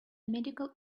medical